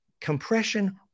compression